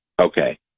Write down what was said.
Okay